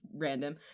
random